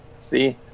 See